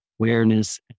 awareness